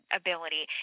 ability